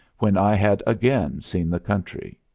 when i had again seen the country.